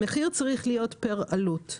המחיר צריך להיות פר עלות.